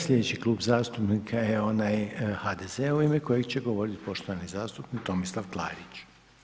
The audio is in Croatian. Sljedeći Klub zastupnika je onaj HDZ-a, u ime kojeg će govorit poštovani zastupnik Tomislav Klarić.